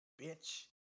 bitch